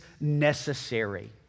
necessary